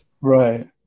Right